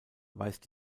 weist